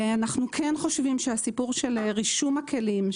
אנחנו כן חושבים שהסיפור של רישום הכלים,